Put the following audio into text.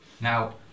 Now